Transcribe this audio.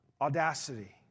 audacity